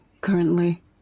currently